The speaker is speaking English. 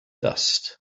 dust